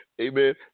amen